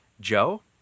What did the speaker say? Joe